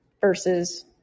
versus